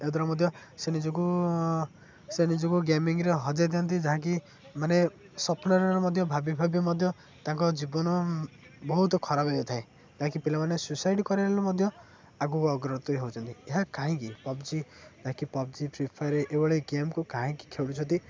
ଏହା ଦ୍ୱାରା ମଧ୍ୟ ସେ ନିଜକୁ ସେ ନିଜକୁ ଗେମିଂରେ ହଜାଇ ଦିଅନ୍ତି ଯାହାକି ମାନେ ସ୍ୱପ୍ନରେ ମଧ୍ୟ ଭାବି ଭାବି ମଧ୍ୟ ତାଙ୍କ ଜୀବନ ବହୁତ ଖରାପ ହୋଇଥାଏ ଯାହାକି ପିଲାମାନେ ସୁସାଇଡ଼୍ କରିଲେ ମଧ୍ୟ ଆଗକୁ ଅଗ୍ରତ ହୁଅନ୍ତି ଏହା କାହିଁକି ପବ୍ଜି ଯାହାକି ପବ୍ଜି ଫ୍ରି ଫାୟାର୍ ଏଭଳି ଗେମ୍କୁ କାହିଁକି ଖେଳୁଛନ୍ତି